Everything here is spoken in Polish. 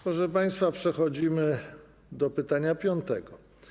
Proszę państwa, przechodzimy do pytania piątego.